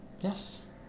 Yes